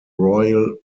royal